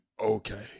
Okay